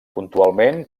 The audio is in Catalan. puntualment